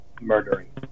murdering